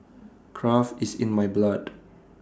craft is in my blood